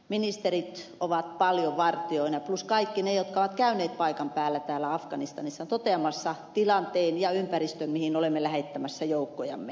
ministerit ovat paljon vartijoina plus kaikki ne jotka ovat käyneet paikan päällä täällä afganistanissa toteamassa tilanteen ja ympäristön mihin olemme lähettämässä joukkojamme